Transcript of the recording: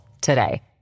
today